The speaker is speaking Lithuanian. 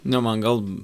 ne man gal